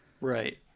Right